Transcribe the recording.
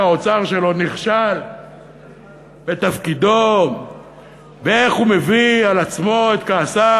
האוצר שלו נכשל בתפקידו ואיך הוא מביא על עצמו את כעסם